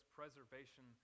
preservation